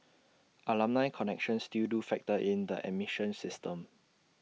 alumni connections still do factor in the admission system